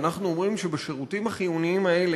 ואנחנו אומרים שבשירותים החיוניים האלה,